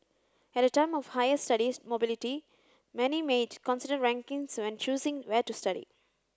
at a time of higher studies mobility many may consider rankings when choosing where to study